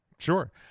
Sure